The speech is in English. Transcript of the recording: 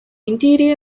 interior